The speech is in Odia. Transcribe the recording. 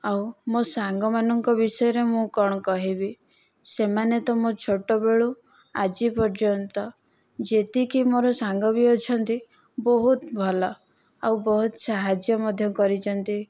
ଆଉ ମୋ ସାଙ୍ଗମାନଙ୍କ ବିଷୟରେ ମୁଁ କ'ଣ କହିବି ସେମାନେ ତ ମୋ ଛୋଟବେଳୁ ଆଜି ପର୍ଯ୍ୟନ୍ତ ଯେତିକି ମୋର ସାଙ୍ଗବି ଅଛନ୍ତି ବହୁତ୍ ଭଲ ଆଉ ବହୁତ୍ ସାହାଯ୍ୟ ମଧ୍ୟ କରିଛନ୍ତି